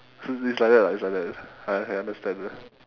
cause it's like that lah it's like that I I understand